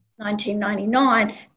1999